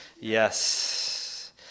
yes